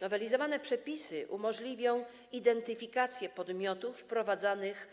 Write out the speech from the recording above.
Nowelizowane przepisy umożliwią identyfikację podmiotów wprowadzanych